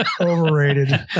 Overrated